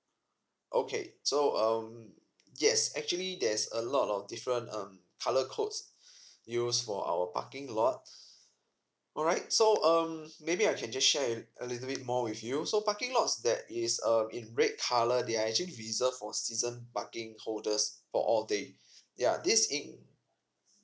okay so um yes actually there's a lot of different um colour codes used for our parking lot alright so um maybe I can just share a a little bit more with you so parking lots that is err in red colour they are actually reserved for season parking holders for all day yeah this in